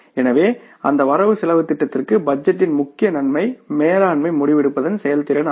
எனவே அந்த வரவு செலவுத் திட்டத்திற்கு பட்ஜெட்டின் முக்கிய நன்மை மேலாண்மை முடிவெடுப்பதன் செயல்திறன் ஆகும்